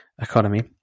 Economy